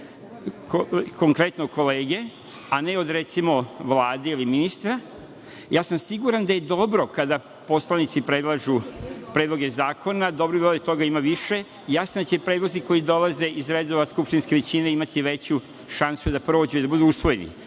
konkretnog kolege, a ne od, recimo, Vlade ili ministra. Siguran sam da je dobro kada poslanici predlažu predloge zakona, dobrim delom toga ima više. Jasno da će predlozi koji dolaze iz redova skupštinske većine imati veću šansu da prođu i da budu usvojeni. Ne